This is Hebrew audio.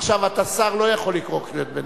עכשיו אתה שר, לא יכול לקרוא קריאות ביניים.